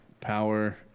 power